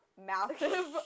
massive